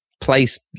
placed